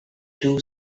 two